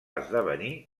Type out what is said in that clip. esdevenir